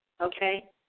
okay